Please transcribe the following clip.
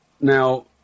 Now